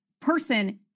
person